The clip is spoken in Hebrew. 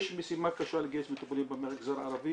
יש משימה קשה לגייס מטופלים במגזר הערבי,